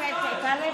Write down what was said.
להוציא אותי.